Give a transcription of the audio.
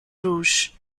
rouge